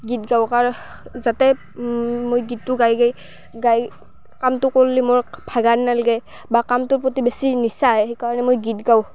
গীত গাওঁ কাৰ যাতে মই গীতটো গায় গায় গায় কামটো কৰিলে মোৰ ভাগৰ নালাগে বা কামটোৰ প্ৰতি বেছি নিচা আহে সেইকাৰণে মই গীত গাওঁ